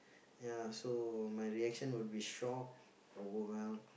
ya so my reaction will be shock overwhelmed